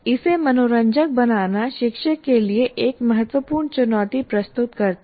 इसे मनोरंजक बनाना शिक्षक के लिए एक महत्वपूर्ण चुनौती प्रस्तुत करता है